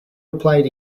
replied